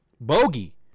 Bogey